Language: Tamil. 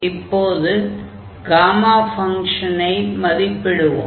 இப்போது காமா ஃபங்ஷனை மதிப்பிடுவோம்